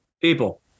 people